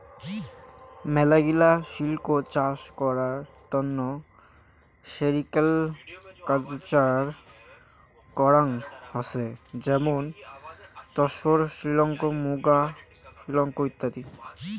মেলাগিলা সিল্ক চাষ করার তন্ন সেরিকালকালচার করাঙ হসে যেমন তসর সিল্ক, মুগা সিল্ক ইত্যাদি